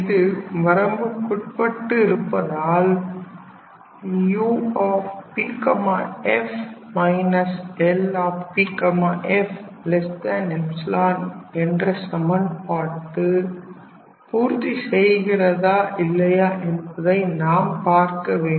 இது வரம்புக்குட்பட்டு இருப்பதால் 𝑈𝑃𝑓−𝐿𝑃𝑓 என்ற சமன்பாடு பூர்த்தி செய்கிறதா இல்லையா என்பதை நாம் பார்க்க வேண்டும்